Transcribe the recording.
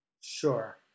Sure